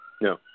No